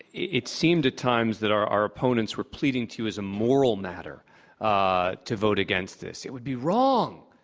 it it seemed at times that our our opponents were pleading to you as a moral matter ah to vote against this. it would be wrong,